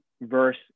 Verse